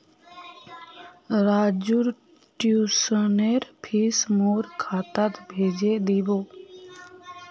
राजूर ट्यूशनेर फीस मोर खातात भेजे दीबो